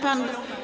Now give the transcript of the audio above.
Pan.